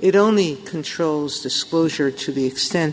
it only controls disclosure to the extent